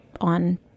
on